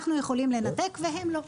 אנחנו יכולים לנתק והם לא.